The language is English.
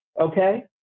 okay